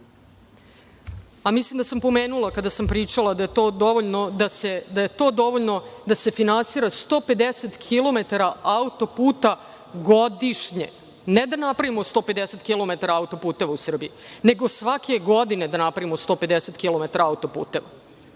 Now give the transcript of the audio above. Mislim da sam pomenula, kada sam pričala, da je to dovoljno da se finansira 150 kilometara autoputa godišnje, ne da napravimo 150 kilometara autoputeva u Srbiji, nego svake godine da napravimo 150 kilometara